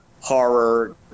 horror